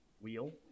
wheel